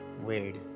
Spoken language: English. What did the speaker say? Weird